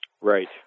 Right